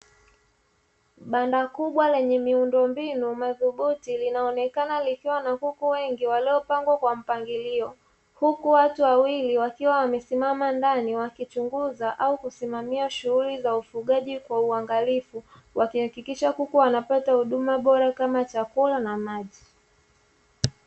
Banda kubwa lenye miundombinu madhubuti linaonekana likiwa na kuku wengi waliopangwa kwa mpangilio, huku watu wawili wakiwa wamesimama ndani wakichunguza au kusimamia shughuli za ufugaji kwa uangalifu, wakihakikisha kuku wanapata huduma bora kama chakula na maji.